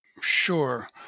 Sure